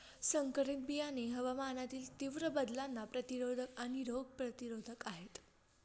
संकरित बियाणे हवामानातील तीव्र बदलांना प्रतिरोधक आणि रोग प्रतिरोधक आहेत